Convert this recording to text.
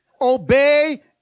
obey